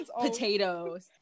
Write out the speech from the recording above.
potatoes